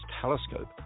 Telescope